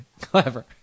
clever